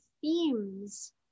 themes